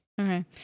Okay